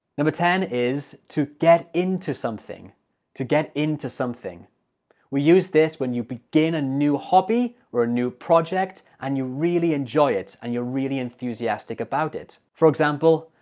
number ten is to get into something to get into something we use this when you begin a new hobby or a new project and you really enjoy it and you're really enthusiastic about it. for example,